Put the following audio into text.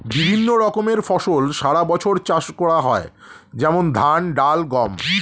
বিভিন্ন রকমের ফসল সারা বছর ধরে চাষ করা হয়, যেমন ধান, ডাল, গম